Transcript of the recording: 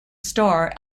star